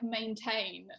maintain